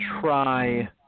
try –